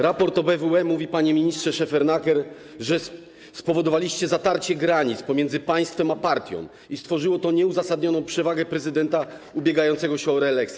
Raport OBWE mówi, panie ministrze Szefernaker, że spowodowaliście zatarcie granic pomiędzy państwem a partią, co stworzyło nieuzasadnioną przewagę prezydenta ubiegającego się o reelekcję.